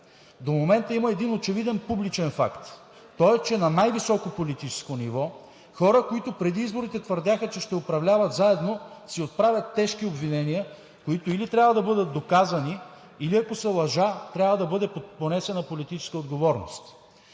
До момента има един очевиден публичен факт – той е, че на най-високо политическо ниво хора, които преди изборите твърдяха, че ще управляват заедно, си отправят тежки обвинения, които или трябва да бъдат доказани, или, ако са лъжа, трябва да бъде понесена политическа отговорност.